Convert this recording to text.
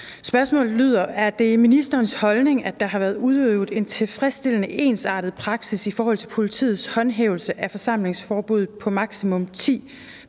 Bager (V): Er det ministerens holdning, at der har været udøvet en tilfredsstillende ensartet praksis i forhold til politiets håndhævelse af forsamlingsforbuddet på maksimalt 10